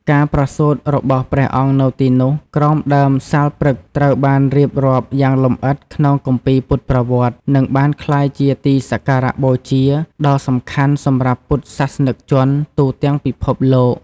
ការប្រសូតរបស់ព្រះអង្គនៅទីនោះ ក្រោមដើមសាលព្រឹក្ស ត្រូវបានរៀបរាប់យ៉ាងលម្អិតក្នុងគម្ពីរពុទ្ធប្រវត្តិ និងបានក្លាយជាទីសក្ការបូជាដ៏សំខាន់សម្រាប់ពុទ្ធសាសនិកជនទូទាំងពិភពលោក។